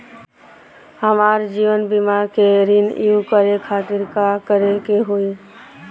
हमार जीवन बीमा के रिन्यू करे खातिर का करे के होई?